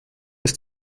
ist